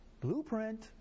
blueprint